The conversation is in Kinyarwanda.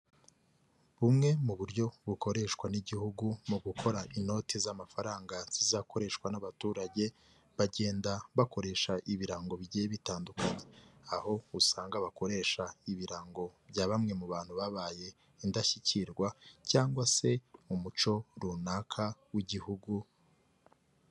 Bumwe mu buryo bukoreshwa n'Igihugu mu gukora inoti z'amafaranga zizakoreshwa n'abaturage, bagenda bakoresha ibirango bigiye bitandukanye, aho usanga bakoresha ibirango bya bamwe mu bantu babaye indashyikirwa cyangwa se umuco runaka w'Igihugu.